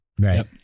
Right